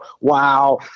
wow